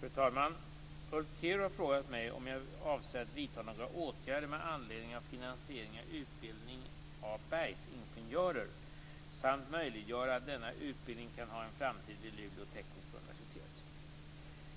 Fru talman! Ulf Kero har frågat mig om jag avser att vidta några åtgärder med anledning av finansieringen av utbildningen av bergsingenjörer samt möjliggöra att denna utbildning kan ha en framtid vid